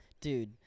Dude